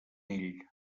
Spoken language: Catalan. ell